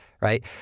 right